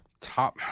Top